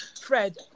Fred